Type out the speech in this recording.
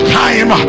time